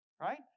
Right